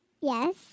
yes